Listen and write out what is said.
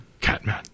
Catman